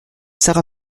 sara